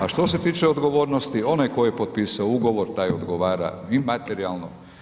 A što se tiče odgovornosti, onaj tko je potpisao ugovor, taj odgovara i materijalno.